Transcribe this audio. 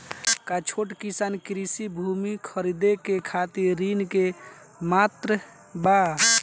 का छोट किसान कृषि भूमि खरीदे के खातिर ऋण के पात्र बा?